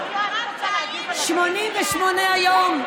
88 יום.